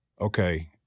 okay